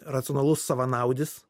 racionalus savanaudis